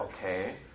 okay